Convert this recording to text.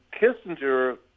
Kissinger